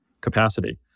capacity